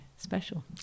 special